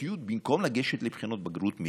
במקום לגשת לבחינות בגרות,